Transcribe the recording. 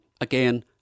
again